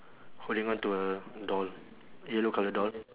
holding on to a doll yellow colour doll